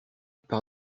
par